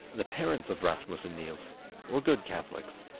the parents of rasmus and niels were good catholics,